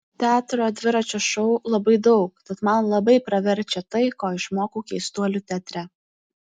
teatro dviračio šou labai daug tad man labai praverčia tai ko išmokau keistuolių teatre